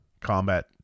combat